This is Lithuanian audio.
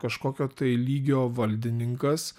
kažkokio tai lygio valdininkas